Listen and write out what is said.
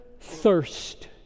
thirst